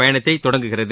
பயணத்தை தொடங்குகிறது